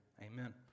amen